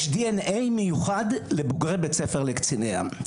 יש DNA מיוחד לבוגרי בית ספר לקציני ים.